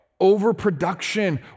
overproduction